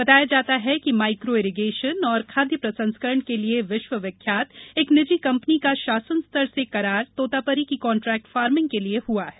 बताया जाता है कि माइक्रो इरीगेशन एवं खाद्य प्रसंस्करण के लिए विश्व विख्यात एक निजी कंपनी का शासन स्तर से करार तोतापरी की कान्ट्रेक्ट फार्मिंग के लिए हुआ है